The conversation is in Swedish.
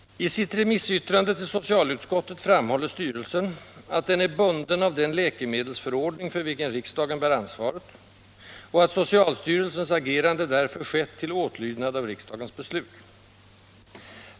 I sitt remissyttrande till socialutskottet framhåller styrelsen att den är bunden av den läkemedelsförordning för vilken riksdagen bär ansvaret och att socialstyrelsens agerande därför skett till åtlydnad av riksdagens beslut.